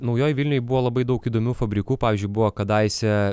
naujoj vilnioj buvo labai daug įdomių fabrikų pavyzdžiui buvo kadaise